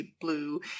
blue